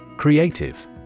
Creative